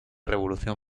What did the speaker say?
revolución